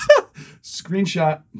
Screenshot